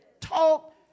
talk